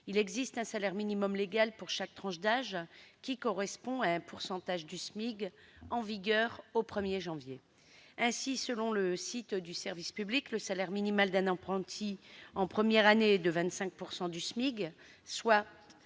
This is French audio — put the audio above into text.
Il existe un salaire minimum légal pour chaque tranche d'âge qui correspond à un pourcentage du SMIC en vigueur au 1 janvier. Ainsi, selon le site du service public, le salaire minimal d'un apprenti en première année est de 25 % du SMIC,